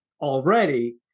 already